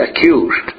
accused